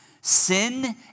sin